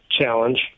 challenge